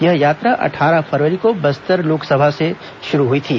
यह यात्रा अट्ठारह फरवरी को बस्तर लोकसभा क्षेत्र से शुरू हुई थी